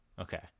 okay